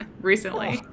recently